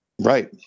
right